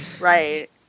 right